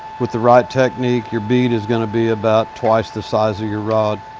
with the right technique, your bead is gonna be about twice the size of your rod.